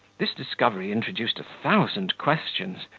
this discovery introduced a thousand questions,